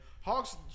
Hawks